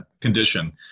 condition